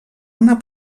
una